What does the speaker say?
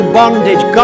bondage